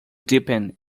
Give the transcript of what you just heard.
deepened